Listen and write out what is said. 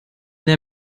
der